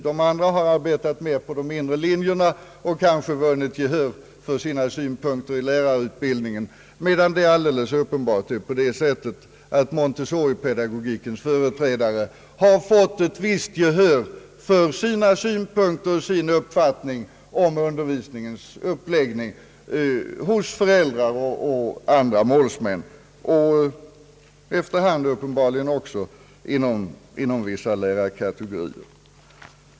De andra har arbetat mer på de inre linjerna och måhända vunnit gehör för sina synpunkter i lärarutbildningen, medan det alldeles uppenbart är så att Montssoripedagogikens företrädare har fått ett visst gehör för sina synpunkter och sin uppfattning om undervisningens uppläggning hos föräldrar och andra målsmän och efter hand också inom vissa lärarkategorier.